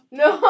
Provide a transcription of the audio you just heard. no